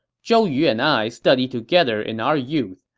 zhou yu and i studied together in our youth.